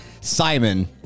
Simon